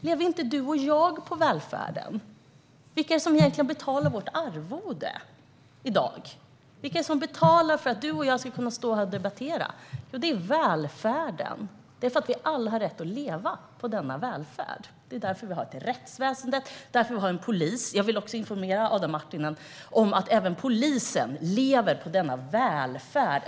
Lever inte du och jag på välfärden? Vilka är det som betalar vårt arvode? Vilka är det som betalar för att du och jag ska kunna stå här och debattera? Jo, det är välfärden. Vi har alla rätt att leva på denna välfärd. Det är därför som vi har ett rättsväsen och en polis. Jag vill också informera Adam Marttinen om att även polisen lever på välfärden.